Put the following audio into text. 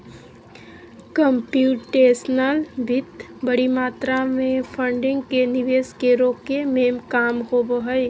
computational वित्त बडी मात्रा में फंडिंग के निवेश के रोके में काम आबो हइ